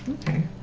Okay